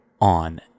on